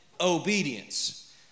obedience